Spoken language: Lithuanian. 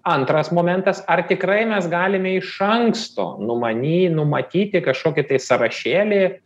antras momentas ar tikrai mes galime iš anksto numany numatyti kažkokį tai sąrašėlį